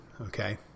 Okay